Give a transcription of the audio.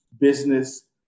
business